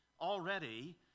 already